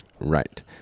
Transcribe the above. Right